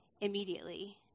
immediately